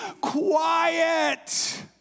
quiet